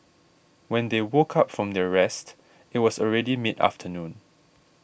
when they woke up from their rest it was already mid afternoon